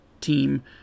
team